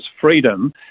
freedom